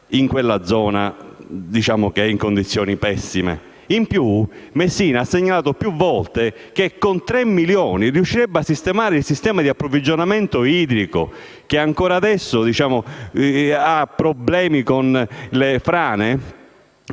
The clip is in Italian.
in quelle zone è in condizioni pessime. In più, Messina ha segnalato più volte che con tre milioni di euro riuscirebbe a sistemare il sistema di approvvigionamento idrico, che ancora adesso presenta problemi a causa delle frane